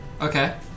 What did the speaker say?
Okay